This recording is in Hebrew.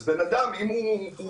אז אם אדם חולה,